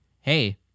hey